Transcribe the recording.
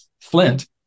flint